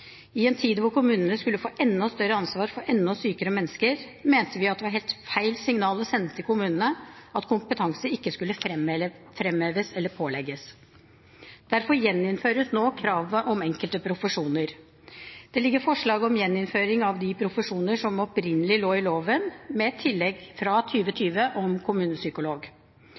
I en tid da kommunene skulle få enda større ansvar for enda sykere mennesker, mente vi det var helt feil signal å sende til kommunene at kompetanse ikke skulle framheves eller pålegges. Derfor gjeninnføres nå kravet om enkelte profesjoner. Det ligger forslag om gjeninnføring av de profesjoner som opprinnelig lå i loven, med et tillegg fra